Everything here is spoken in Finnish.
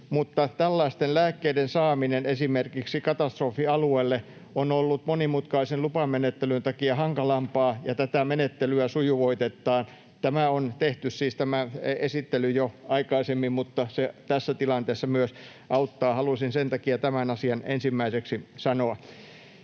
tällaisten lääkkeiden saaminen esimerkiksi katastrofialueelle on ollut monimutkaisen lupamenettelyn takia hankalampaa. Tätä menettelyä sujuvoitetaan. Tämä esitys on siis tehty jo aikaisemmin, mutta se myös tässä tilanteessa auttaa. Halusin sen takia tämän asian ensimmäiseksi sanoa.